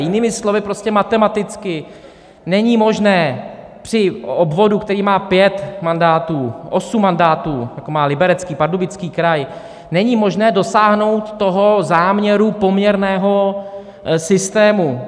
Jinými slovy, matematicky není možné při obvodu, který má 5 mandátů, 8 mandátů, jako má Liberecký, Pardubický kraj, není možné dosáhnout toho záměru poměrného systému.